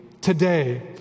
today